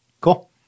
Cool